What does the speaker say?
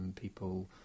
people